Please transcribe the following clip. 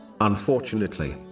Unfortunately